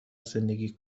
زندگی